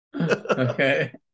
Okay